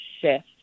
shift